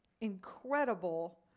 incredible